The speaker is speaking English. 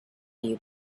you